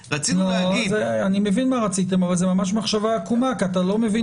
ב-RIA- - אני מבין מה רציתם אבל זאת מחשבה עקומה כי אתה לא מבין